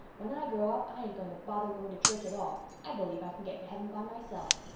when i grow up i ain't going to bother going to church at all. i believe i can get to heaven by myself.